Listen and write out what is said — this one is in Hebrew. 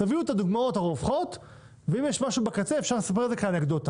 תביאו את הדוגמאות הרווחות ואם יש משהו בקצה אפשר לספר את זה כאנקדוטה,